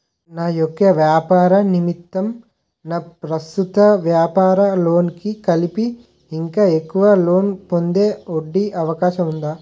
నా యెక్క వ్యాపార నిమిత్తం నా ప్రస్తుత వ్యాపార లోన్ కి కలిపి ఇంకా ఎక్కువ లోన్ పొందే ఒ.డి అవకాశం ఉందా?